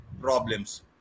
problems